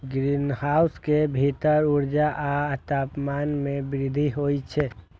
greenhouse के भीतर ऊर्जा आ तापमान मे वृद्धि होइ छै